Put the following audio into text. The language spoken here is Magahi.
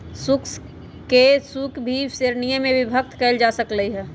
शुल्क के बहुत सी श्रीणिय में विभक्त कइल जा सकले है